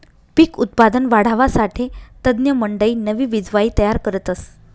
पिक उत्पादन वाढावासाठे तज्ञमंडयी नवी बिजवाई तयार करतस